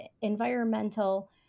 Environmental